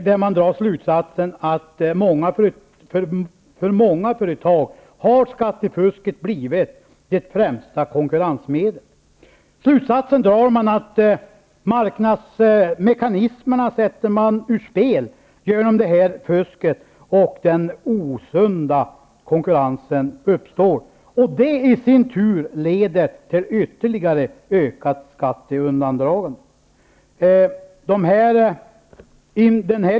Därav dras slutsatsen att skattefusket för många företag har blivit det främsta konkurrensmedlet och att marknadsmekanismerna sätts ur spel genom fusket och denna osunda konkurrens. Detta leder i sin tur till ett ytterligare ökat skatteundandragande.